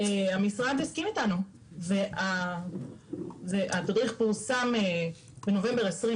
המשרד הסכים איתנו והתדריך פורסם בנובמבר 2020,